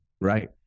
Right